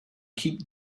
keep